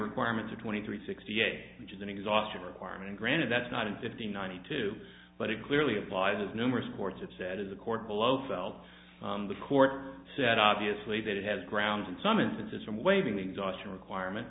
requirements of twenty three sixty eight which is an exhaustive requirement granted that's not in fifty ninety two but it clearly applies as numerous courts have said is a court below felt the court said obviously that it has grounds in some instances from waiving the exhaustion requirement